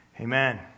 amen